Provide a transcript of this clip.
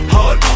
Hard